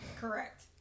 Correct